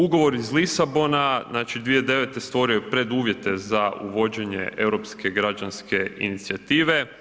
Ugovor iz Lisabona, znači 2009. stvorio je preduvjete za uvođenje Europske građanske inicijative.